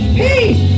peace